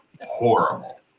horrible